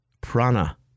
prana